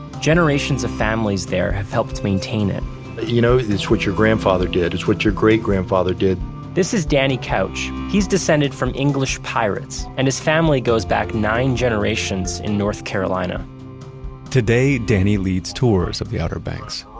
generations of families there have helped maintain it you know, it's what your grandfather did. it's what your great grandfather did this is danny couch. he's descended from english pirates and his family goes back nine generations in north carolina today, danny leads tours of the outer banks.